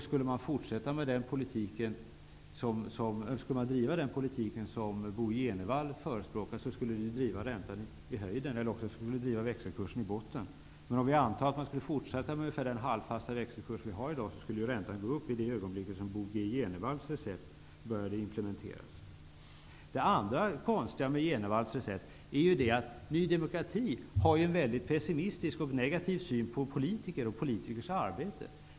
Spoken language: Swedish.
Skulle man bedriva den politik som Bo G Jenevall förespråkar, skulle det driva räntan i höjden eller också driva växelkursen i botten. Men om vi antar att man skulle fortsätta med ungefär den halvfasta växelkurs vi har i dag, skulle räntan gå upp i det ögonblick som Bo G Jenevalls recept började implementeras. Något annat konstigt med Jenevalls recept är det faktum att Ny demokrati ju har en väldigt pessimistisk och negativ syn på politiker och politikers arbete.